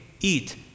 eat